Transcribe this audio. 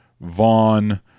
Vaughn